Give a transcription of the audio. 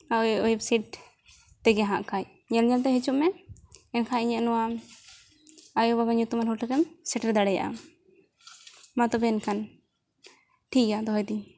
website ᱛᱮᱜᱮ ᱦᱟᱸᱜ ᱠᱷᱟᱱ ᱧᱮᱞ ᱧᱮᱞ ᱛᱮ ᱦᱤᱡᱩᱜ ᱢᱮ ᱮᱱᱠᱷᱟᱱ ᱤᱧᱟᱹᱜ ᱱᱚᱣᱟ ᱟᱭᱳᱼᱵᱟᱵᱟ ᱧᱩᱛᱩᱢᱟᱱ ᱦᱳᱴᱮᱞ ᱨᱮᱢ ᱥᱮᱴᱮᱨ ᱫᱟᱲᱮᱭᱟᱜᱼᱟ ᱢᱟ ᱛᱚᱵᱮ ᱮᱱᱠᱷᱟᱱ ᱴᱷᱤᱠ ᱜᱮᱭᱟ ᱫᱚᱦᱚᱭᱮᱫᱟᱹᱧ